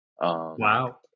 Wow